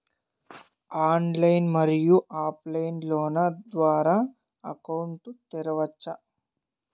Online, మరియు offline line ద్వారా account తెరవచ్చా?